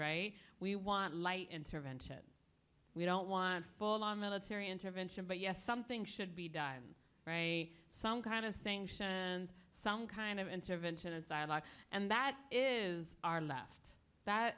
right we want light intervention we don't want full on military intervention but yes something should be done some kind of sanction and some kind of intervention as dialogue and that is our left that